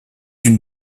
une